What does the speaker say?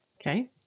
Okay